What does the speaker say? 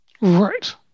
Right